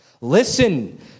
Listen